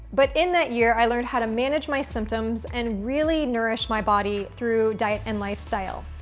but in that year, i learned how to manage my symptoms and really nourish my body through diet and lifestyle.